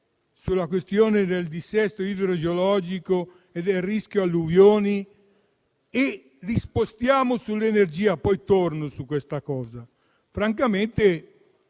sulla questione del dissesto idrogeologico e sul rischio alluvioni e li spostiamo sull'energia? Poi tornerò sul tema. Francamente